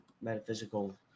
metaphysical